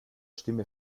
stimme